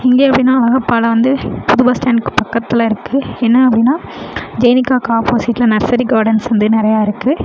இங்கே எப்படின்னா வந்து புது பஸ் ஸ்டாண்டுக்கு பக்கத்தில் இருக்கு என்ன அப்படின்னா ஜெய்னிக்காவுக்கு ஆப்போசிட்டில் நர்சரி காடன்ஸ் வந்து நிறையா இருக்கு